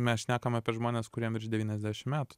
mes šnekam apie žmones kuriem virš devyniasdešim metų